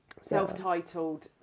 Self-titled